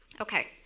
Okay